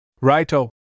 Righto